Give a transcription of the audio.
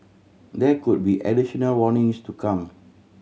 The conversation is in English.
there could be additional warnings to come